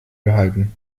gehalten